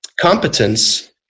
competence